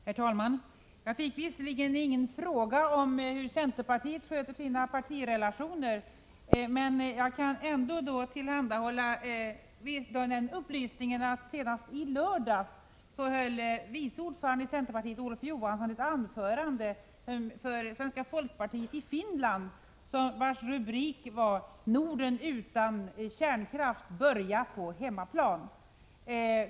Herr talman! Jag fick visserligen ingen fråga om hur centerpartiet sköter sina partirelationer, men jag kan ändå tillhandahålla riksdagen den upplysningen att senast i lördags höll vice ordföranden i centerpartiet, Olof Johansson, ett anförande för svenska folkpartiet i Finland, vars rubrik var Norden utan kärnkraft — börja på hemmaplan.